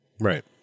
right